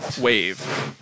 Wave